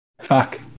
Fuck